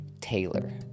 Taylor